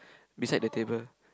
beside the table